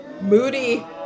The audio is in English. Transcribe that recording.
Moody